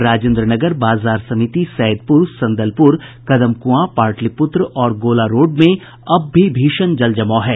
राजेन्द्र नगर बाजार समिति सैदपुर संदलपुर कदमकुंआ पाटिलपुत्र और गोला रोड में अब भी भीषण जल जमाव है